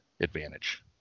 advantage